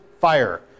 fire